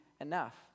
enough